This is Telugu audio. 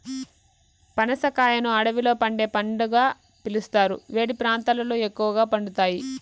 పనస కాయను అడవిలో పండే పండుగా పిలుస్తారు, వేడి ప్రాంతాలలో ఎక్కువగా పండుతాయి